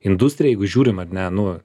industrija jeigu žiūrim ar ne nu